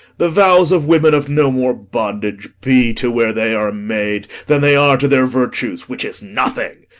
the vows of women of no more bondage be to where they are made than they are to their virtues, which is nothing.